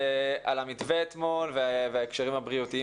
על המתווה אתמול ועל ההקשרים הבריאותיים